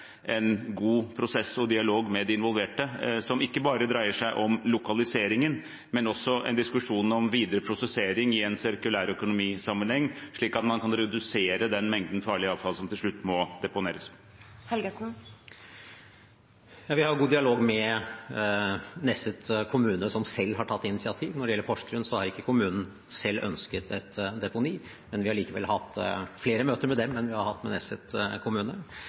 en god prosess og dialog med de involverte, som ikke bare dreier seg om lokaliseringen, men også en diskusjon om videre prosessering i en sirkulær økonomi-sammenheng, slik at man kan redusere den mengden farlig avfall som til slutt må deponeres? Vi har god dialog med Nesset kommune, som selv har tatt initiativ til det. Når det gjelder Porsgrunn, har ikke kommunen selv ønsket et deponi, men vi har likevel hatt flere møter med dem enn vi har hatt med Nesset kommune.